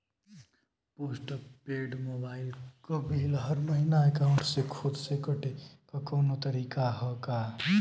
Post paid mobile क bill हर महिना एकाउंट से खुद से कटे क कौनो तरीका ह का?